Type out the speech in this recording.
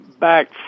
back